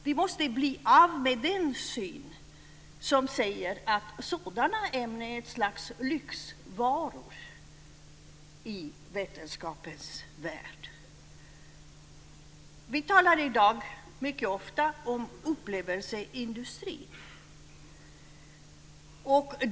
Vi måste bli av med den syn som säger att sådana ämnen är ett slags lyxvaror i vetenskapens värld. Vi talar i dag mycket ofta om upplevelseindustrin.